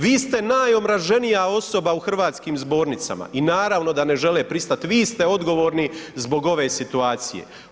Vi ste najomraženija osoba u hrvatskim zbornicama i naravno da ne žele pristati, vi ste odgovorni zbog ove situacije.